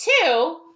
two